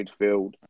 midfield